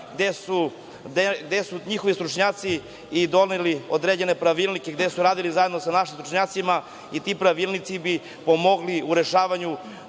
gde su njihovi stručnjaci doneli određene pravilnike. Radili su zajedno sa našim stručnjacima i ti pravilnici bi pomogli u rešavanju